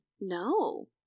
no